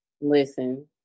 Listen